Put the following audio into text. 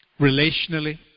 relationally